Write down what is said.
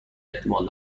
احتمال